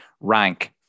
rank